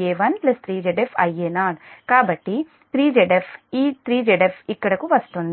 Va1 3 Zf Ia0 కాబట్టి 3 Zf ఈ 3 Zf ఇక్కడకు వస్తుంది